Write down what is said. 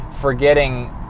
forgetting